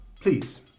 Please